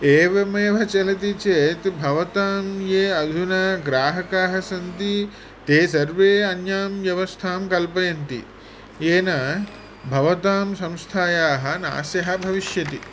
एवमेव चलति चेत् भवतां ये अधुना ग्राहकाः सन्ति ते सर्वे अन्यां व्यवस्थां कल्पयन्ति येन भवतां संस्थायाः नाशः भविष्यति